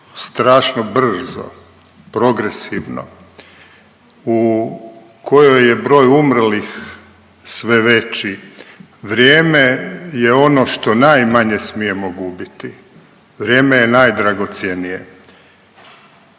strašno brzo, progresivno, u kojoj je broj umrlih sve veći, vrijeme je ono što najmanje smijemo gubiti. Vrijeme je najdragocjenije.